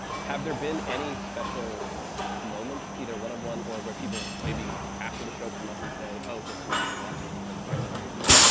have there been any special moments, either one on one or where people maybe after the show come up and say, oh, this meant a lot to me because of x, y, or z,